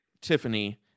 Tiffany